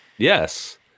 Yes